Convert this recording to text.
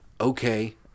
Okay